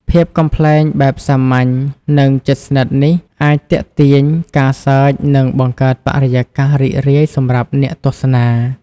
ភាពកំប្លែងបែបសាមញ្ញ និងជិតស្និទ្ធនេះ អាចទាក់ទាញការសើច និង បង្កើតបរិយាកាសរីករាយសម្រាប់អ្នកទស្សនា។